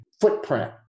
footprint